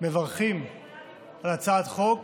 מברכים על הצעת חוק